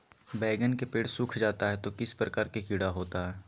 बैगन के पेड़ सूख जाता है तो किस प्रकार के कीड़ा होता है?